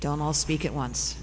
don't all speak at once